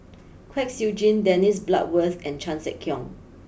Kwek Siew Jin Dennis Bloodworth and Chan Sek Keong